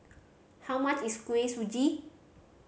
how much is Kuih Suji